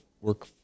work